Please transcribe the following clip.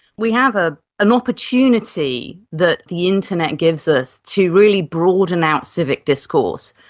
we have ah an opportunity that the internet gives us to really broaden out civic discourse,